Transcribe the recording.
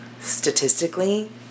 Statistically